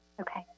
Okay